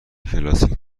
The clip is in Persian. کلاسیک